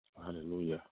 hallelujah